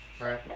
right